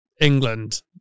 England